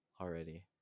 already